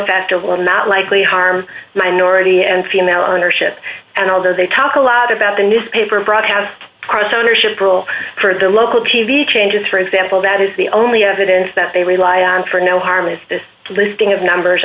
will not likely harm minority and female ownership and although they talk a lot about the newspaper broadcast across ownership role for the local t v changes for example that is the only evidence that they rely on for no harm is this listing of numbers